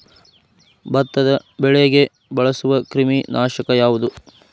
ಭತ್ತದ ಬೆಳೆಗೆ ಬಳಸುವ ಕ್ರಿಮಿ ನಾಶಕ ಯಾವುದು?